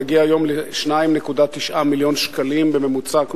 ומגיע היום ל-2.9 מיליון שקלים בממוצע,